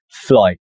flight